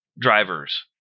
drivers